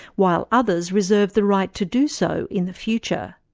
while others reserved the right to do so in the future.